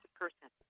person